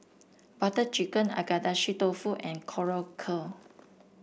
Butter Chicken Agedashi Dofu and Korokke